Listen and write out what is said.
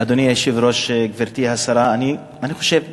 אדוני היושב-ראש, גברתי השרה, אני חושב שנכון,